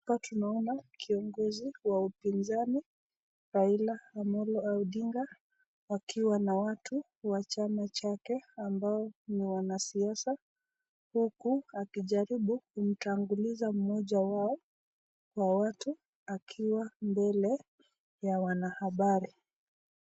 Hapa tunaona kiongozi wa upinzani Raila Omolo Odinga akiwa na watu wa chama chake ambao ni wana siasa huku akijaribu kumtambulisha mmoja wao kwa watu akiwa mbele ya wana habari.